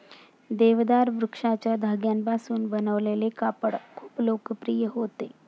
देवदार वृक्षाच्या धाग्यांपासून बनवलेले कापड खूप लोकप्रिय होते